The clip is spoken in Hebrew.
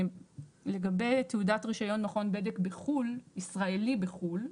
לגבי תעודת רישיון מכון בדק ישראלי בחו"ל,